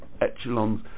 echelons